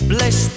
Bless